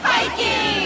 Hiking